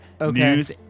news